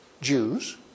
Jews